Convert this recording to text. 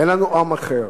אין לנו עם אחר.